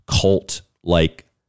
cult-like